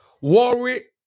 Worry